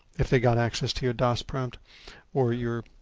if they got access to your dos prompt or your,